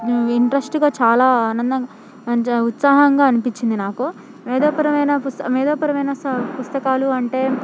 ఇంట్రెస్ట్గా చాలా ఆనందం ఉత్సాహంగా అనిపించింది నాకు మేధోపరమైన మేధోపరమైన పుస్తకాలు అంటే